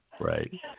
Right